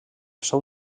seu